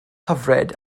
hyfryd